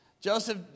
Joseph